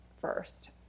first